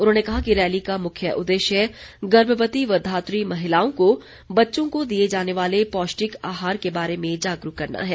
उन्होंने कहा कि रैली का मुख्य उद्देश्य गर्भवती व धात्री महिलाओं को बच्चों को दिए जाने वाले पौष्टिक आहार के बारे में जागरूक करना है